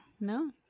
No